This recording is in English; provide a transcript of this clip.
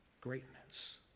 greatness